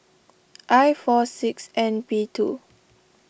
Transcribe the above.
I four six N P two